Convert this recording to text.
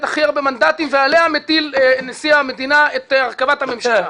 הכי הרבה מנדטים ועליה מטיל נשיא המדינה את הרכבת הממשלה,